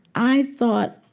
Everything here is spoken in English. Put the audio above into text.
i thought,